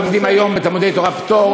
לומדים היום בתלמודי-תורה פטור,